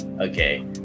Okay